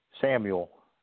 Samuel